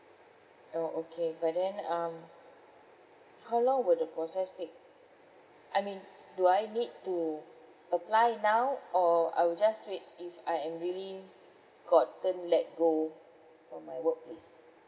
oh okay but then um how long will the process take I mean do I need to apply now or I will just wait if I am really got turn let go from my workplace